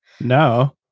No